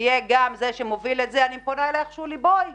יהיה זה שמוביל את זה, אני פונה אליך שולי, בואי